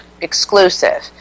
exclusive